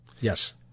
Yes